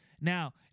Now